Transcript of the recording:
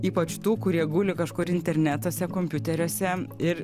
ypač tų kurie guli kažkur internetuose kompiuteriuose ir